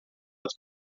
als